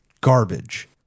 garbage